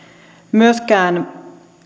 myöskään